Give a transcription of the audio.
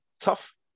tough